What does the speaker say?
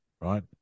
Right